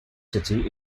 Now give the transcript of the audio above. city